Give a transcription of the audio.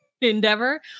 endeavor